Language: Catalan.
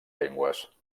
llengües